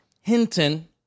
Hinton